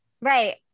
right